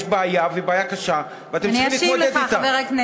יש בעיה, ובעיה קשה, ואתם צריכים להתמודד אתה.